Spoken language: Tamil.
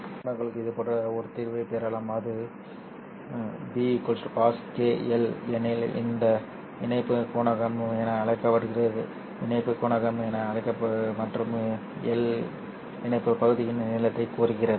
இந்த சமன்பாடுகளுக்கு இதுபோன்ற ஒரு தீர்வைப் பெறலாம் அங்கு b cosκL எனில்இணைப்பு குணகம் என அழைக்கப்படுகிறது மற்றும் எல் இணைப்பு பகுதியின் நீளத்தை குறிக்கிறது